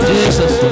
Jesus